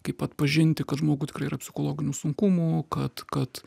kaip atpažinti kad žmogui tikrai yra psichologinių sunkumų kad kad